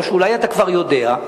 או שאולי אתה כבר יודע,